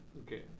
Okay